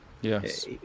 yes